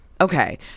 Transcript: Okay